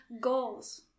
goals